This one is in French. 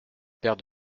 père